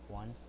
one